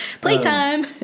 playtime